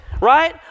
right